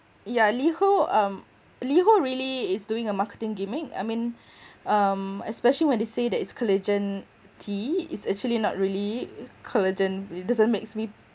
yeah liho um liho really is doing a marketing gimmick I mean um especially when they say that it's collagen tea it's actually not really collagen it doesn't makes me